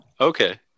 Okay